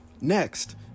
Next